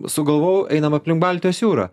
sugalvojau einam aplink baltijos jūrą